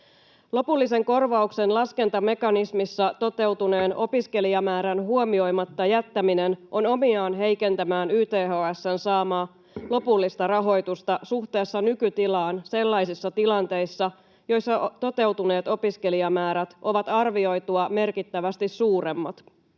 Lopullisen korvauksen laskentamekanismissa toteutuneen opiskelijamäärän huomioimatta jättäminen on omiaan heikentämään YTHS:n saamaa lopullista rahoitusta suhteessa nykytilaan sellaisissa tilanteissa, joissa toteutuneet opiskelijamäärät ovat arvioitua merkittävästi suuremmat.